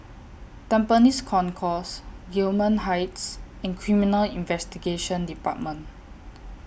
Tampines Concourse Gillman Heights and Criminal Investigation department